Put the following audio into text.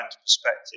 perspective